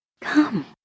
come